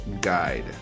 guide